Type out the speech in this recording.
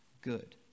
good